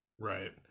Right